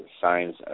signs